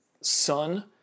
son